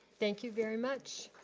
thank you very much.